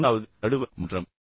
மூன்றாவது ஒன்று நடுவர் மன்றம்